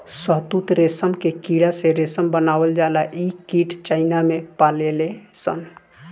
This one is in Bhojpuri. शहतूत रेशम के कीड़ा से रेशम बनावल जाला इ कीट चाइना में पलाले सन